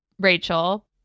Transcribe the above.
Rachel